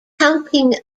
counting